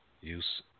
use